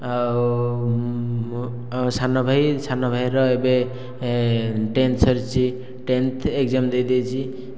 ଆଉ ମୋ ସାନଭାଇ ସାନଭାଇର ଏବେ ଟେନ୍ତ୍ ସରିଛି ଟେନ୍ତ୍ ଏଗ୍ଜାମ୍ ଦେଇଦେଇଛି